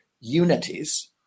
unities